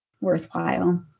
worthwhile